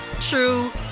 true